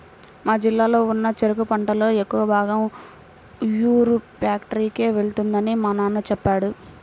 మా జిల్లాలో ఉన్న చెరుకు పంటలో ఎక్కువ భాగం ఉయ్యూరు ఫ్యాక్టరీకే వెళ్తుందని మా నాన్న చెప్పాడు